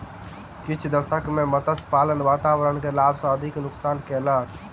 किछ दशक में मत्स्य पालन वातावरण के लाभ सॅ अधिक नुक्सान कयलक